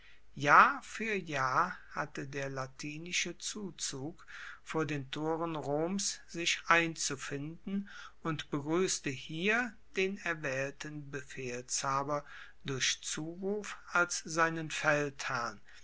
jahr fuer jahr hatte der latinische zuzug vor den toren roms sich einzufinden und begruesste hier den erwaehlten befehlshaber durch zuruf als seinen feldherrn